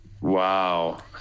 Wow